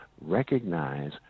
recognize